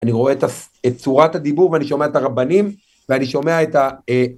אני רואה את צורת הדיבור ואני שומע את הרבנים ואני שומע את ה..